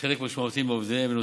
חלק משמעותי מעובדיהם.